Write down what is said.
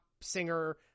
singer